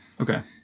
Okay